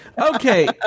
okay